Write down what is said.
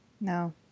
No